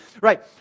Right